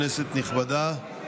כנסת נכבדה,